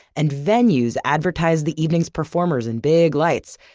and venues advertised the evening's performers in big lights.